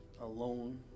alone